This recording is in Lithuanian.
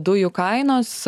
dujų kainos